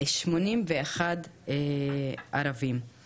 81 ערבים.